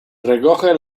recoge